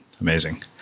Amazing